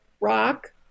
rock